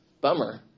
bummer